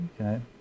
Okay